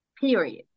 period